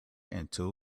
into